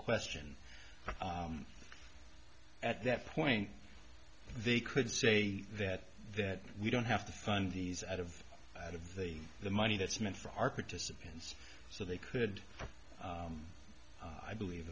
question at that point they could say that that we don't have to fund these out of out of the the money that's meant for our participants so they could i believe